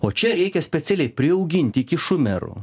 o čia reikia specialiai priaugint iki šumerų